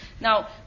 Now